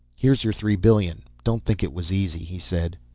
here's your three billion, don't think it was easy, he said.